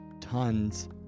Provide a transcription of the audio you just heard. tons